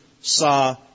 saw